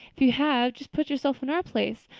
if you have, just put yourself in our place.